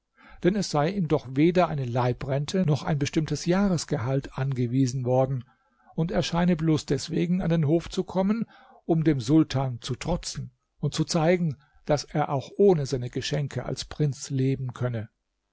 denn es sei ihm doch weder eine leibrente noch ein bestimmter jahresgehalt angewiesen worden und er scheine bloß deswegen an den hof zu kommen um dem sultan zu trotzen und zu zeigen daß er auch ohne seine geschenke als prinz leben könne